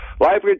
Life